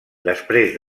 després